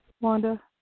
Wanda